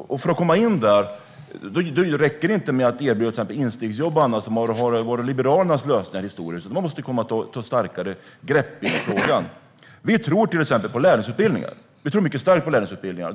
att de ska komma in på arbetsmarknaden räcker det inte att erbjuda till exempel instegsjobb och annat som har varit Liberalernas lösningar historiskt. Man måste ta ett starkare grepp i frågan. Vi tror till exempel mycket starkt på lärlingsutbildningar.